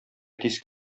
тиз